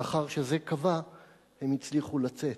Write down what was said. לאחר שזה כבה הם הצליחו לצאת.